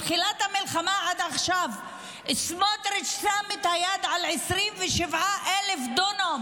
מתחילת המלחמה עד עכשיו סמוטריץ' שם את היד על 27,000 דונם